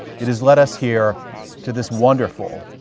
it has led us here to this wonderful,